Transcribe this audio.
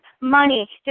money